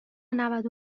نود